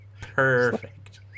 Perfect